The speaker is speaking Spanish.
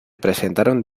presentaron